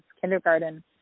kindergarten